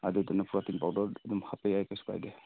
ꯑꯗꯨꯗꯨꯅ protein powder ꯑꯗꯨꯝ ꯍꯥꯞꯄ ꯌꯥꯏ ꯀꯩꯁꯨ ꯀꯥꯏꯗꯦ